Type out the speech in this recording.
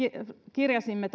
kirjasimme